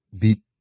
beat